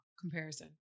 comparison